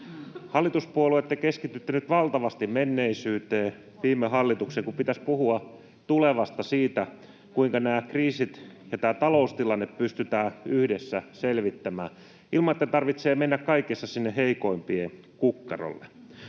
Hallituspuolueet, te keskitytte nyt valtavasti menneisyyteen, viime hallitukseen, kun pitäisi puhua tulevasta, siitä, kuinka nämä kriisit ja tämä taloustilanne pystytään yhdessä selvittämään ilman, että tarvitsee mennä kaikessa sinne heikoimpien kukkarolle.